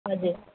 हजुर